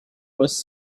was